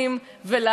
ואנחנו מבקשים,